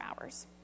hours